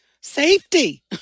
Safety